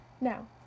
Now